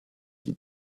die